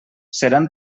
seran